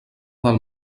del